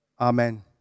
Amen